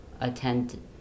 attend